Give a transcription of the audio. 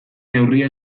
neurria